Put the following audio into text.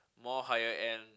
more higher end